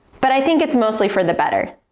but i think it's mostly for the better.